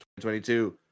2022